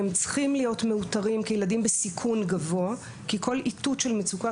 הם צריכים להיות מאותרים כילדים בסיכון גבוה כי כל איתות של מצוקה,